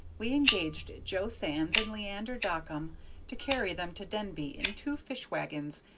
we engaged jo sands and leander dockum to carry them to denby in two fish-wagons,